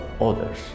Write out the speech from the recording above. others